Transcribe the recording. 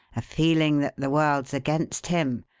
a feeling that the world's against him,